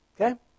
Okay